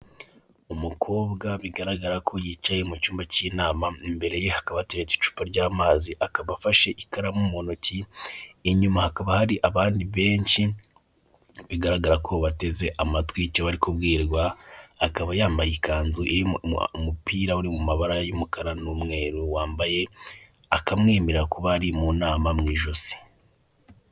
Umukobwa bigaragara ko yicaye mu cyumba k'inama imbere ye hakaba hateretse icupa ry'amazi akaba afashe ikaramu mu ntoki, inyuma hakaba hari abandi benshi bigaragara ko bateze amatwi icyo bari kubwirwa akaba yambaye ikanzu iri umupira uri mu mabara y'umukara n'umweru, wambaye akamwemerera kuba ari mu nama mu ijosi.